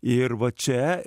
ir va čia